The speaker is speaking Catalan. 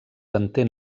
entén